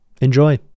Enjoy